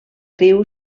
riu